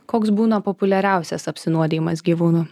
koks būna populiariausias apsinuodijimas gyvūnų